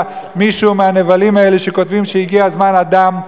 מישהו מהנבלים האלה שכותבים שהגיע זמן הדם,